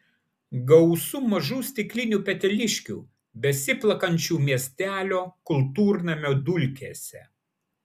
gausu mažų stiklinių peteliškių besiplakančių miestelio kultūrnamio dulkėse